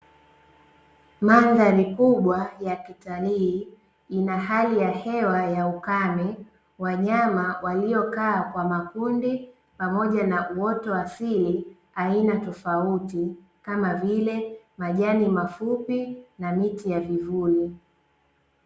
Mandhari kubwa ya kitalii ina hali ya hewa ya ukame, wanyama waliokaa kwa makundi, pamoja na uoto asili aina tofauti kama vile majani mafupi na miti ya vivuli.